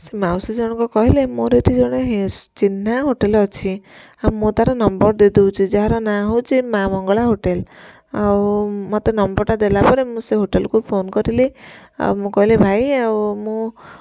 ସେ ମାଉସୀ ଜଣଙ୍କ କହିଲେ ମୋର ଏଇଠି ଜଣେ ହେନସ ଚିହ୍ନା ହୋଟେଲ ଅଛି ଆଉ ମୁଁ ତାର ନମ୍ବର ଦେଇଦଉଛି ଯାହାର ନାଁ ହଉଛି ମା ମଙ୍ଗଳା ହୋଟେଲ ଆଉ ମତେ ନମ୍ବରଟା ଦେଲା ପରେ ମୁଁ ସେ ହୋଟେଲକୁ ଫୋନ କରିଲି ଆଉ ମୁଁ କହିଲି ଭାଇ ଆଉ ମୁଁ